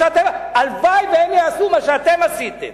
הלוואי שהם יעשו מה שאתם עשיתם,